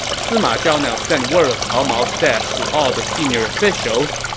sima zhao now sent word of cao mao's death to all the senior officials.